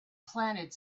planet